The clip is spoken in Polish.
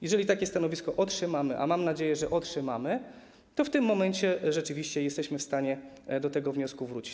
Jeżeli takie stanowisko otrzymamy, a mam nadzieję, że otrzymamy, to w tym momencie rzeczywiście jesteśmy w stanie do tego wniosku wrócić.